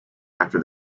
after